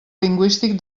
lingüístic